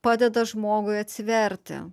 padeda žmogui atsiverti